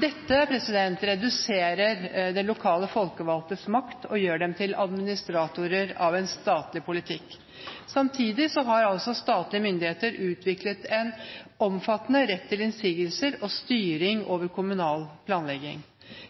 Dette reduserer de lokale folkevalgtes makt og gjør dem til administratorer av en statlig politikk. Samtidig har altså statlige myndigheter utviklet en omfattende rett til innsigelser og styring over kommunal planlegging.